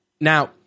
Now